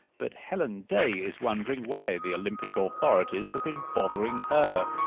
but helen day is wondering why the olympic ah authorities have been bothering her.